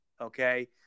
okay